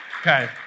Okay